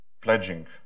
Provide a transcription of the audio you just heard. pledging